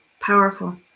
Powerful